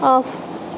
off